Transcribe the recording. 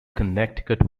connecticut